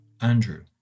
Andrew